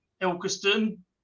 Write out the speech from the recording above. Ilkeston